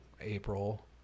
April